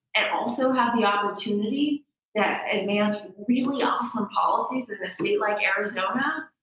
and also have the opportunity that advances really awesome policies in a state like arizona,